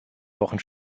wochen